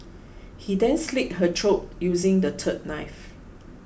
he then slit her throat using the third knife